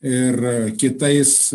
ir kitais